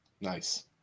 Nice